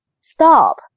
stop